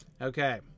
Okay